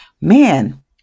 man